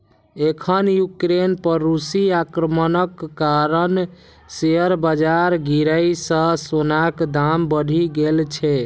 एखन यूक्रेन पर रूसी आक्रमणक कारण शेयर बाजार गिरै सं सोनाक दाम बढ़ि गेल छै